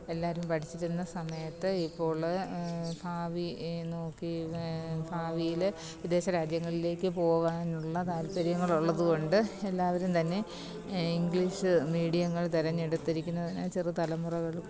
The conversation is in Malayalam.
എല്ലാവരും പഠിച്ചിരുന്ന സമയത്ത് ഇപ്പോൾ ഭാവി നോക്കി ഭാവിയിൽ വിദേശ രാജ്യങ്ങളിലേക്ക് പോവാനുള്ള താൽപ്പര്യങ്ങളുള്ളത് കൊണ്ട് എല്ലാവരും തന്നെ ഇംഗ്ലീഷ് മീഡിയങ്ങൾ തെരഞ്ഞെടുത്തിരിക്കുന്നത് ചെറിയ തലമുറകൾക്ക്